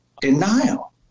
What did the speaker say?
denial